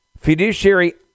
fiduciary